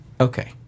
Okay